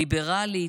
ליברלית,